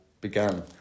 began